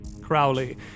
Crowley